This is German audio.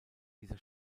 dieser